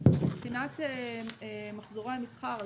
מבחינת מחזורי המסחר,